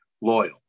loyal